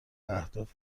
اهداف